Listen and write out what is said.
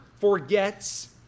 forgets